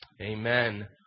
Amen